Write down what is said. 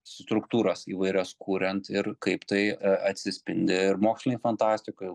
struktūras įvairias kuriant ir kaip tai atsispindi ir mokslinėj fantastikoj